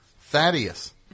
Thaddeus